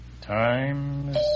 Times